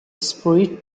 spirit